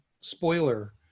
spoiler